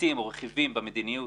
היבטים או רכיבים במדיניות,